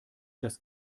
das